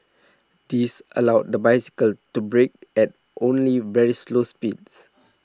this allowed the bicycle to brake at only very slow speeds